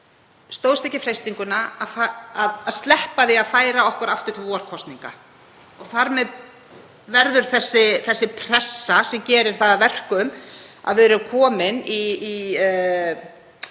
stóðst ekki freistinguna að sleppa því að færa okkur aftur til vorkosninga. Þar með verður til pressa sem gerir það að verkum að við erum komin í,